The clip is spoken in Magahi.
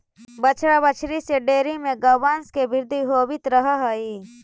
बछड़ा बछड़ी से डेयरी में गौवंश के वृद्धि होवित रह हइ